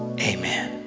Amen